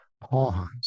pause